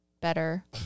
better